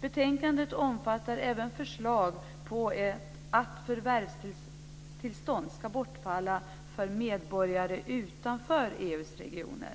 Betänkandet omfattar även förslag om att förvärvstillstånd ska bortfalla för medborgare utanför EU:s regioner.